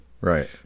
Right